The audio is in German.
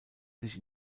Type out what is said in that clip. sich